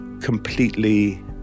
completely